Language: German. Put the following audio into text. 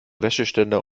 wäscheständer